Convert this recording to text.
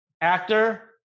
actor